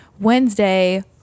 Wednesday